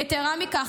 יתרה מכך,